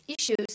issues